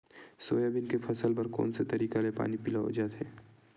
Soybean के फसल बर कोन से तरीका ले पानी पलोय जाथे?